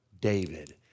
David